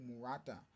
Murata